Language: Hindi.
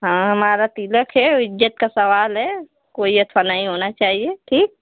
हाँ हमारा तिलक है इज्जत का सवाल है कोई ऐसा होना चाहिए ठीक